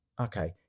Okay